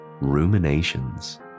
Ruminations